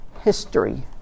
history